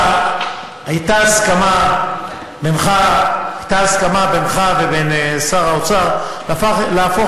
הייתה הסכמה בינך ובין שר האוצר להפוך